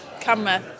camera